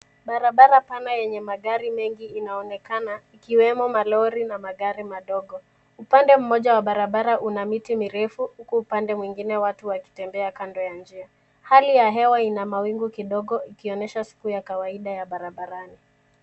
Barabara pana yenye magari mengi inaonekana, ikiwemo malori na magari madogo. Upande mmoja wa barabara una miti mirefu huku upande mwingine watu wakitembea kando ya njia. Hali ya hewa ina mawingu kidogo ikionyesha siku ya kawaida ya barabarani.